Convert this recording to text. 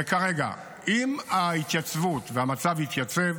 וכרגע, אם המצב יתייצב,